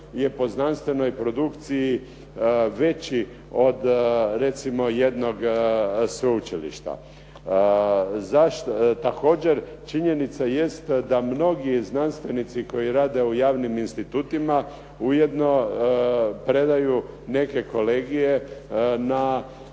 je po znanstvenoj produkciji veći od recimo jednog sveučilišta. Također, činjenica jest da mnogi znanstvenici koji rade u javnim institutima ujedno predaju neke kolegije na